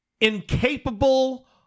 incapable